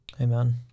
Amen